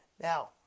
Now